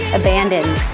abandoned